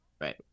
Right